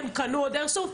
הם קנו עוד איירסופט,